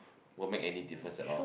won't make any difference at all